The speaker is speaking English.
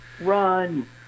Run